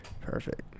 Perfect